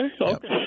okay